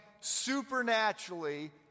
supernaturally